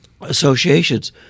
associations